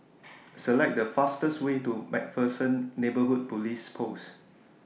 Select The fastest Way to MacPherson Neighbourhood Police Post